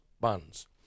buns